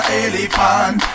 elephant